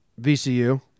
VCU